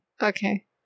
Okay